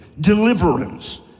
Deliverance